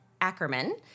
Ackerman